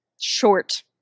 short